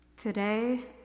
Today